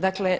Dakle,